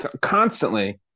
constantly